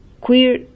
Queer